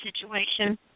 situation